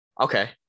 Okay